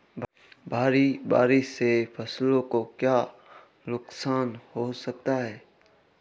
भारी बारिश से फसलों को क्या नुकसान हो सकता है?